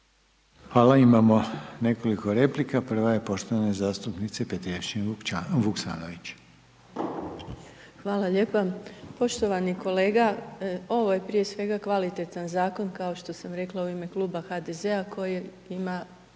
Hvala. Imamo nekoliko replika, prva je poštovane zastupnice Petrijevčanin Vuksanović. **Petrijevčanin Vuksanović, Irena (HDZ)** Hvala lijepa. Poštovani kolega, ovo je prije svega kvalitetan zakon, kao što sam rekla u ime Kluba HDZ-a koji ima